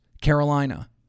Carolina